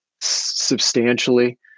substantially